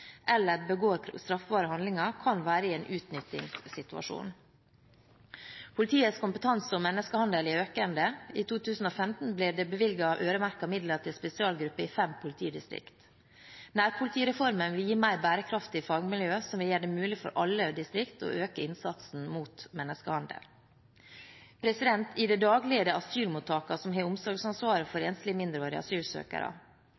eller begår straffbare handlinger, kan være i en utnyttingssituasjon. Politiets kompetanse om menneskehandel er økende. I 2015 ble det bevilget øremerkede midler til spesialgrupper i fem politidistrikt. Nærpolitireformen vil gi mer bærekraftige fagmiljø som vil gjøre det mulig for alle distrikt å øke innsatsen mot menneskehandel. I det daglige er det asylmottakene som har omsorgsansvaret for